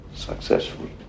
successfully